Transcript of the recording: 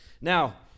Now